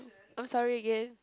I'm sorry again